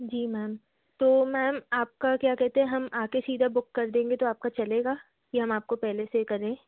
जी ma'am तो ma'am आपका क्या कहते हैं हम आ कर सीधा बुक कर देंगे तो आपका चलेगा कि हम आपको पहले से ही करें